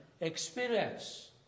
experience